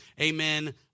amen